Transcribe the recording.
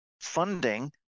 funding